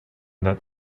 that